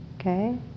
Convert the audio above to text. okay